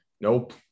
Nope